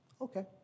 okay